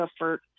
effort